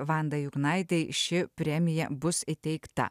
vandai juknaitei ši premija bus įteikta